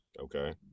Okay